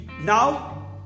now